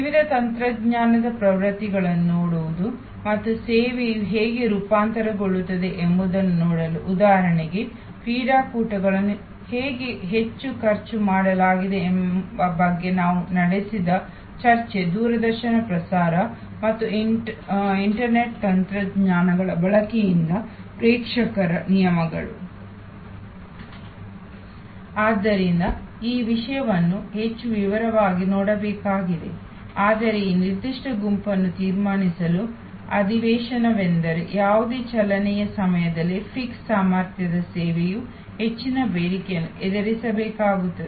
ವಿವಿಧ ತಂತ್ರಜ್ಞಾನದ ಪ್ರವೃತ್ತಿಗಳನ್ನು ನೋಡುವುದು ಮತ್ತು ಸೇವೆಯು ಹೇಗೆ ರೂಪಾಂತರಗೊಳ್ಳುತ್ತದೆ ಎಂಬುದನ್ನು ನೋಡಲು ಉದಾಹರಣೆಗೆ ಕ್ರೀಡಾಕೂಟಗಳನ್ನು ಹೇಗೆ ಹೆಚ್ಚು ಖರ್ಚು ಮಾಡಲಾಗಿದೆ ಎಂಬ ಬಗ್ಗೆ ನಾವು ನಡೆಸಿದ ಚರ್ಚೆ ದೂರದರ್ಶನ ಪ್ರಸಾರ ಮತ್ತು ಇಂಟರ್ನೆಟ್ ತಂತ್ರಜ್ಞಾನಗಳ ಬಳಕೆಯಿಂದ ಪ್ರೇಕ್ಷಕರ ನಿಯಮಗಳು ಆದ್ದರಿಂದ ಈ ವಿಷಯಗಳನ್ನು ಹೆಚ್ಚು ವಿವರವಾಗಿ ನೋಡಬೇಕಾಗಿದೆ ಆದರೆ ಈ ನಿರ್ದಿಷ್ಟ ಗುಂಪನ್ನು ತೀರ್ಮಾನಿಸಲು ಅಧಿವೇಶನವೆಂದರೆ ಯಾವುದೇ ಚಲನೆಯ ಸಮಯದಲ್ಲಿ ನಿರ್ದಿಷ್ಟ ಸಾಮರ್ಥ್ಯದ ಸೇವೆಯು ಹೆಚ್ಚಿನ ಬೇಡಿಕೆಯನ್ನು ಎದುರಿಸಬೇಕಾಗುತ್ತದೆ